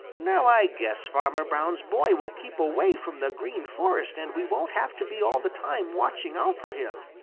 now i guess farmer brown's boy will keep away from the green forest, and we won't have to be all the time watching out for him,